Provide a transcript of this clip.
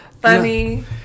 Funny